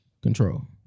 Control